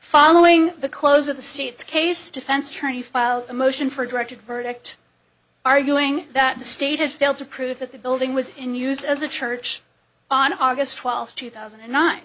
following the close of the state's case defense attorney filed a motion for directed verdict arguing that the state has failed to prove that the building was in use as a church on august twelfth two thousand and n